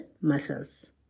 muscles